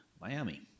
Miami